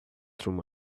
through